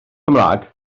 cymraeg